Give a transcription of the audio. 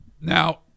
Now